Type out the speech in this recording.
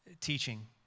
teaching